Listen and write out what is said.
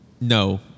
no